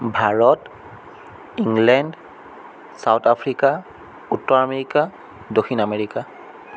Bharat England South Africa উত্তৰ America দক্ষিণ America